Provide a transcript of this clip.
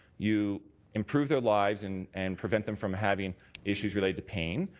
you improve their lives and and prevent them from having issues related to pain.